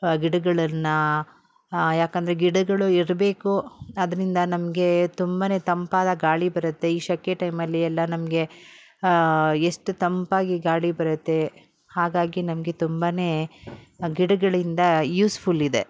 ಗಿಡಗಳನ್ನು ಯಾಕೆಂದ್ರೆ ಗಿಡಗಳು ಇರಬೇಕು ಅದರಿಂದ ನಮಗೆ ತುಂಬನೇ ತಂಪಾದ ಗಾಳಿ ಬರುತ್ತೆ ಈ ಸೆಕೆ ಟೈಮಲ್ಲಿ ಎಲ್ಲ ನಮಗೆ ಎಷ್ಟು ತಂಪಾಗಿ ಗಾಳಿ ಬರುತ್ತೆ ಹಾಗಾಗಿ ನಮಗೆ ತುಂಬನೇ ಗಿಡಗಳಿಂದ ಯೂಸ್ಫುಲ್ಲಿದೆ